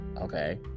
okay